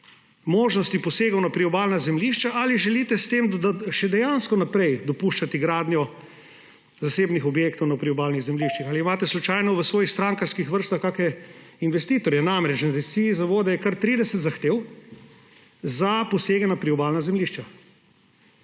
možnosti posegov na priobalna zemljišča, ali želite s tem še dejansko naprej dopuščati gradnjo zasebnih objektov na priobalnih zemljiščih. Ali imate slučajno v svojih strankarskih vrstah kakšne investitorje? Na Agenciji za vode je kar 30 zahtev za posege na priobalna zemljišča.